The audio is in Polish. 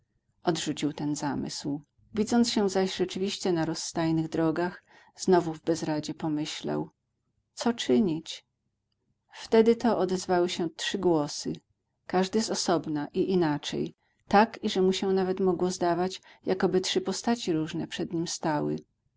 odrzucił ten zamysł widząc się zaś rzeczywiście na rozstajnych drogach znowu w bezradzie pomyślał co czynić wtedy to odezwały się trzy głosy każdy z osobna i inaczej tak iże mu się nawet mogło zdawać jakoby trzy postaci różne przed nim stały